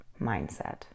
mindset